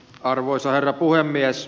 arvoisa herra puhemies